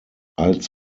als